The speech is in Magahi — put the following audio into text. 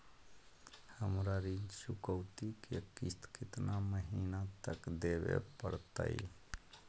हमरा ऋण चुकौती के किस्त कितना महीना तक देवे पड़तई?